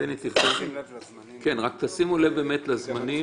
רק שימו לב לזמנים.